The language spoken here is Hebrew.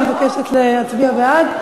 וגם שולי מועלם מבקשת להצביע בעד.